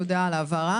תודה על ההבהרה.